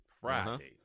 friday